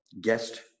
guest